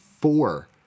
four